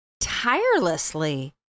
tirelessly